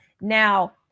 Now